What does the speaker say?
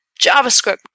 JavaScript